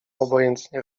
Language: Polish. obojętnie